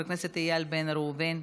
חבר הכנסת איל בן ראובן,